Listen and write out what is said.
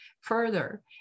further